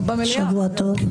שבוע טוב.